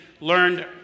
learned